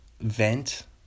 vent